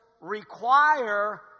require